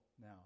now